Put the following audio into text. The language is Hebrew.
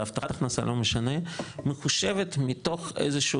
והבטחת הכנסה לא משנה מחושבת מתוך איזושהי